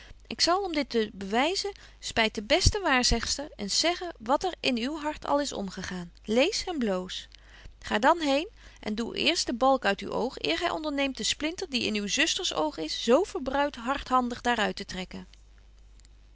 ik zal om dit te bewyzen u spyt de beste waarzegster eens zeggen wat er in uw hart al is omgegaan lees en bloos ga dan heen en doe eerst den balk uit uw oog eer gy onderneemt den splinter die in uw zusters oog is zo verbruit hardhandig daar uit te trekken